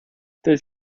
das